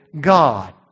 God